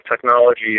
technology